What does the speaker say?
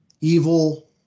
evil